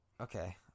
Okay